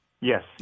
Yes